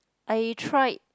I tried